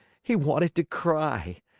he wanted to cry,